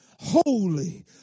Holy